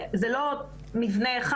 זה לא מבנה אחד.